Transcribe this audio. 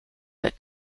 but